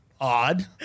odd